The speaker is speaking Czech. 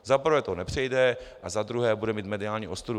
Za prvé to nepřejde a za druhé bude mít mediální ostudu.